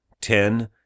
ten